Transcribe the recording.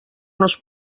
nos